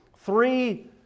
three